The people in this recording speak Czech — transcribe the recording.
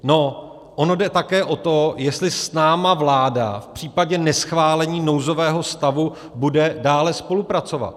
No, ono jde také o to, jestli s námi vláda v případě neschválení nouzového stavu bude dále spolupracovat.